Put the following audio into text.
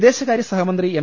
വിദേശകാര്യ സഹമന്ത്രി എം